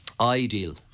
ideal